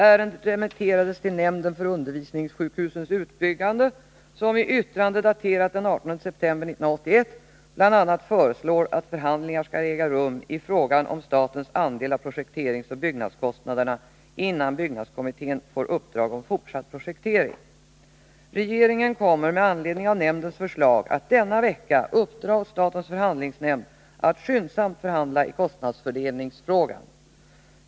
Ärendet remitterades till nämnden för undervisningssjukhusens utbyggande, som i yttrande den 18 september 1981 bl.a. föreslår att förhandlingar skall äga rum i frågan om statens andel av projekteringsoch byggnadskostnaderna innan byggnadskommittén får uppdrag om fortsatt projektering. Regeringen kommer med anledning av nämndens förslag att denna vecka uppdra åt statens förhandlingsnämnd att skyndsamt förhandla i kostnadsfördelningsfrågan.